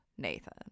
Nathan